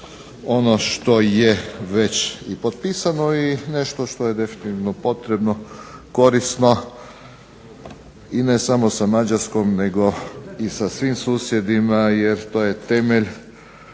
ono što je već i potpisano i nešto što je definitivno potrebno, korisno, i ne samo sa Mađarskom, nego i sa svim susjedima, jer to je temelj